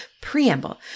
preamble